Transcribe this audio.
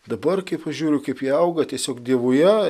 dabar kai pažiūriu kaip jie auga tiesiog dievuje